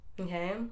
Okay